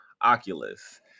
oculus